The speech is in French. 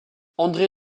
andré